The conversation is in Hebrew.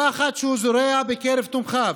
הפחד שהוא זורע בקרב תומכיו,